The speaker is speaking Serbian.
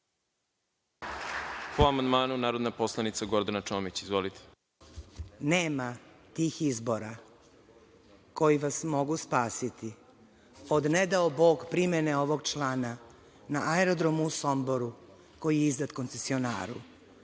Po amandmanu narodna poslanica Gordana Čomić. Izvolite. **Gordana Čomić** Nema tih izbora koji vas mogu spasiti od, ne dao Bog, primene ovog člana, na Aerodromu u Somboru, koji je izdat koncesionaru.